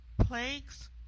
plagues